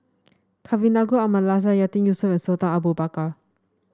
Kavignareru Amallathasan Yatiman Yusof and Sultan Abu Bakar